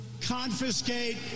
confiscate